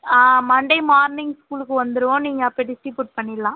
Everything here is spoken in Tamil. ஆ மண்டே மார்னிங் ஸ்கூலுக்கு வந்துடுவோம் நீங்கள் அப்போ டிஸ்ட்ரிபியூட் பண்ணிடலாம்